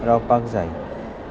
रावपाक जाय